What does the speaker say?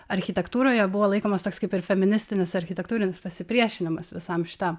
architektūroje buvo laikomas toks kaip ir feministinis architektūrinis pasipriešinimas visam šitam